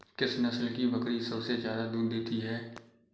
किस नस्ल की बकरी सबसे ज्यादा दूध देती है?